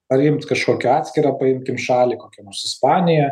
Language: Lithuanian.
ar imt kažkokią atskirą paimkim šalį kokią nors ispaniją